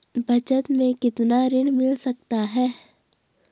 बचत मैं कितना ऋण मिल सकता है?